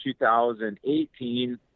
2018